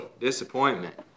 disappointment